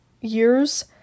years